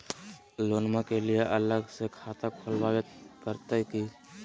लोनमा के लिए अलग से खाता खुवाबे प्रतय की?